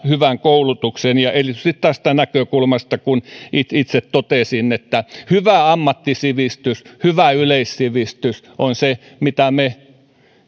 hyvän koulutuksen erityisesti tästä näkökulmasta kuten itse totesin että hyvä ammattisivistys hyvä yleissivistys ovat ne mitä me